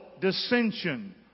dissension